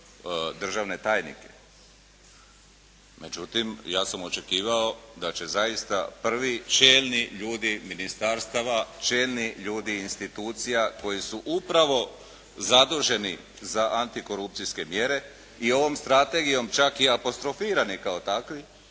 državne tajnike, međutim ja sam očekivao da će zaista prvi čelni ljudi ministarstava, čelni ljudi institucija koji su upravo zaduženi za antikorupcijske mjere i ovom strategijom čak i apostrofirani kao takvi